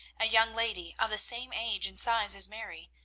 a young lady of the same age and size as mary,